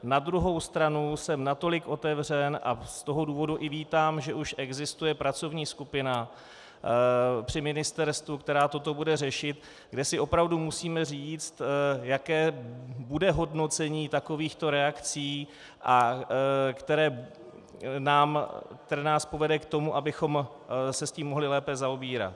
Na druhou stranu jsem natolik otevřen a z toho důvodu vítám, že už existuje pracovní skupina při ministerstvu, která toto bude řešit, kde si opravdu musíme říct, jaké bude hodnocení takovýchto reakcí, které nás povede k tomu, abychom se s tím mohli lépe zaobírat.